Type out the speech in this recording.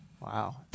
Wow